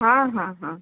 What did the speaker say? हाँ हाँ हाँ